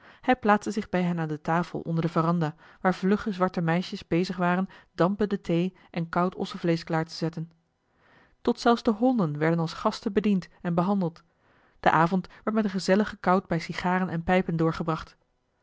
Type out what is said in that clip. hij plaatste zich bij hen aan de tafel onder de veranda waar vlugge zwarte meisjes bezig waren dampende thee en koud ossevleesch klaar te zetten tot zelfs de honden werden als gasten bediend en behandeld de avond werd met gezelligen kout bij sigaren en pijpen doorgebracht